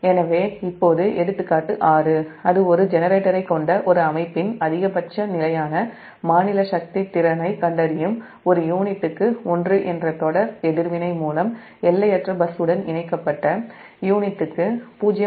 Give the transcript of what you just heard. எனவே இப்போது எடுத்துக்காட்டு 6 அது ஒரு ஜெனரேட்டரைக் கொண்ட ஒரு அமைப்பின் அதிகபட்ச நிலையான மாநில சக்தி திறனைக் கண்டறியும் ஒரு யூனிட்டுக்கு 1 என்ற தொடர் எதிர்வினை மூலம் எல்லையற்ற பஸ்ஸுடன் இணைக்கப்பட்ட யூனிட்டுக்கு 0